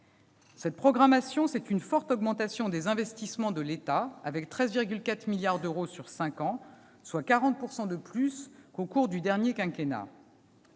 Cette programmation, c'est une forte augmentation des investissements de l'État, avec 13,4 milliards d'euros sur cinq ans, soit 40 % de plus qu'au cours du dernier quinquennat.